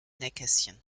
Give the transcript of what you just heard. nähkästchen